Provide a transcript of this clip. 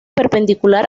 perpendicular